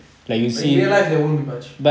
but in real life there won't be much